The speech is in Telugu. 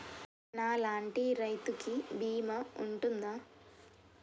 నా లాంటి రైతు కి బీమా ఉంటుందా?